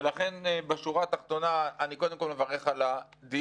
ולכן, בשורה התחתונה, אני קודם כול מברך על הדיון.